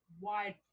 wide